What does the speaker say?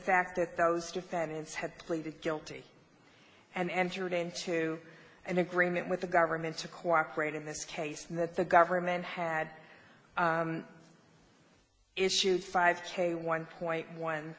fact that those defendants had pleaded guilty and entered into an agreement with the government to cooperate in this case that the government had issued five k one point one